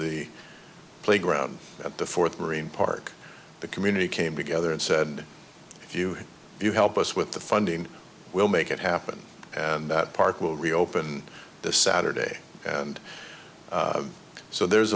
the playground at the fourth marine park the community came together and said if you you help us with the funding we'll make it happen and that park will reopen this saturday and so there's